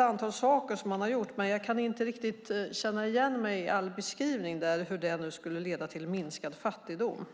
antal saker som han har gjort, men jag kan inte riktigt känna igen mig i beskrivningen av hur dessa skulle leda till minskad fattigdom.